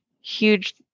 huge